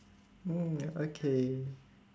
mm ya okay